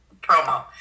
promo